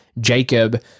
Jacob